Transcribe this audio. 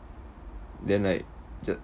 then like j~